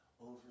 over